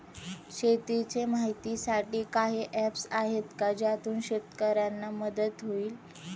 शेतीचे माहितीसाठी काही ऍप्स आहेत का ज्यातून शेतकऱ्यांना मदत होईल?